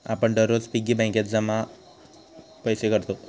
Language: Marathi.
आपण दररोज पिग्गी बँकेत पैसे जमा करतव